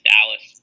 Dallas